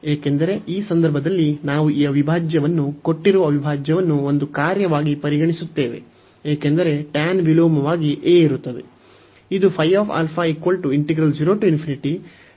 ಏಕೆಂದರೆ ಈ ಸಂದರ್ಭದಲ್ಲಿ ನಾವು ಈ ಅವಿಭಾಜ್ಯವನ್ನು ಕೊಟ್ಟಿರುವ ಅವಿಭಾಜ್ಯವನ್ನು ಒಂದು ಕಾರ್ಯವಾಗಿ ಪರಿಗಣಿಸುತ್ತೇವೆ ಏಕೆಂದರೆ ಟ್ಯಾನ್ ವಿಲೋಮವಾಗಿ a ಇರುತ್ತದೆ